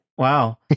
Wow